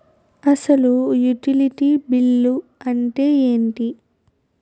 అసలు utility bill అంతే ఎంటి?